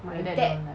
your dad don't let